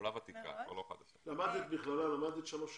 למדת במכללה שלוש שנים?